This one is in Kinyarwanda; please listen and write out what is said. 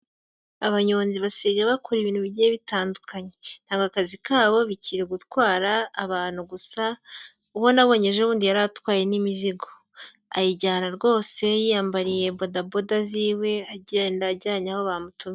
Abanyonzi basigaye bakora ibintu bigiye bitandukanye, ntago akazi kabo bikiri gutwara abantu gusa, uwo nabonye ejobundi yari atwaye n'imizigo, ayijyana rwose yiyambariye bodaboda z'iwe agenda ajyanye aho bamutumye.